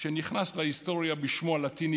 שנכנס להיסטוריה בשמו הלטיני פאולוס,